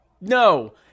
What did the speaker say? No